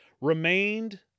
remained